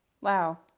Wow